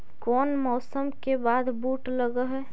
कोन मौसम के बाद बुट लग है?